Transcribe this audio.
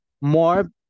more